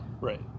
right